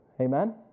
Amen